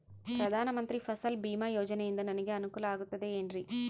ಪ್ರಧಾನ ಮಂತ್ರಿ ಫಸಲ್ ಭೇಮಾ ಯೋಜನೆಯಿಂದ ನನಗೆ ಅನುಕೂಲ ಆಗುತ್ತದೆ ಎನ್ರಿ?